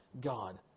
God